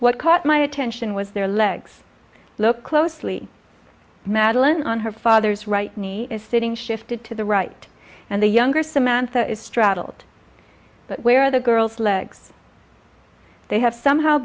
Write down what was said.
what caught my attention was their legs look closely madeleine on her father's right knee is sitting shifted to the right and the younger samantha is straddled where the girl's legs they have somehow